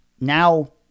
now